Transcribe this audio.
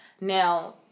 Now